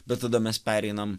bet tada mes pereinam